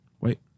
Wait